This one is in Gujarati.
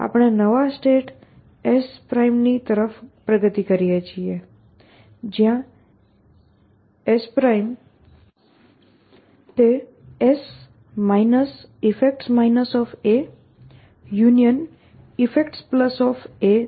આપણે નવા સ્ટેટસ S ની તરફ પ્રગતિ કરીએ છીએ જ્યાં SSeffects effects છે